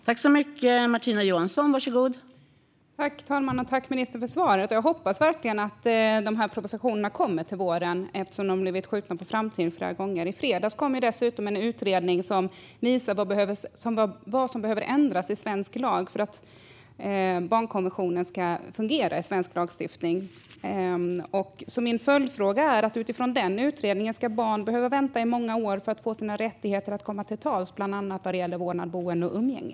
Fru talman! Jag tackar ministern för svaret. Jag hoppas verkligen att de här propositionerna kommer till våren, eftersom de blivit skjutna på framtiden flera gånger. I fredags kom dessutom en utredning som visade vad som behöver ändras i svensk lag för att barnkonventionen ska fungera i svensk lagstiftning. Min följdfråga är, utifrån den utredningen: Ska barn behöva vänta i många år på att få åtnjuta sina rättigheter att komma till tals, bland annat vad gäller vårdnad, boende och umgänge?